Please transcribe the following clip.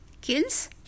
kills